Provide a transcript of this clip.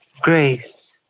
Grace